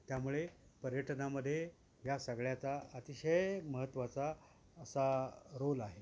त्यामुळे पर्यटनामध्ये ह्या सगळ्याचा अतिशय महत्त्वाचा असा रोल आहे